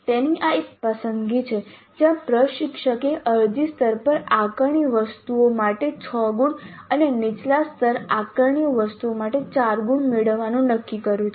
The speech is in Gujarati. તેથી આ એક પસંદગી છે જ્યાં પ્રશિક્ષકે અરજી સ્તર પર આકારણી વસ્તુઓ માટે 6 ગુણ અને નીચલા સ્તરે આકારણી વસ્તુઓ માટે 4 ગુણ મેળવવાનું નક્કી કર્યું છે